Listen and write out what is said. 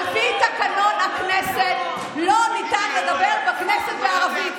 על פי תקנון הכנסת לא ניתן לדבר בכנסת בערבית.